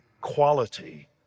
quality